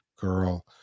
girl